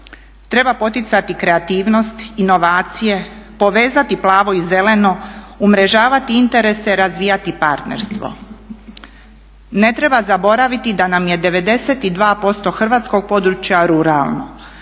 treba poticati kreativnost, inovacije, povezati plavo i zeleno, umrežavati interese, razvijati partnerstvo. Ne treba zaboraviti da nam je 92% hrvatskog područja ruralno.